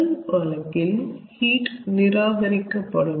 முதல் வழக்கில் ஹீட் நிராகரிக்கப்படும்